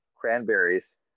cranberries